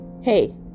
Hey